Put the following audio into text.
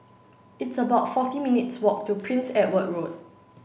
it's about forty minutes' walk to Prince Edward Road